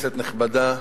כנסת נכבדה,